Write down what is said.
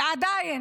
ועדיין,